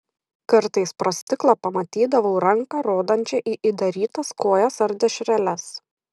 kartais pro stiklą pamatydavau ranką rodančią į įdarytas kojas ar dešreles